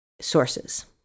sources